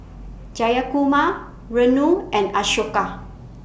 Jayakumar Renu and Ashoka